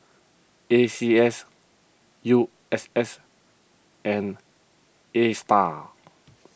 A C S U S S and Astar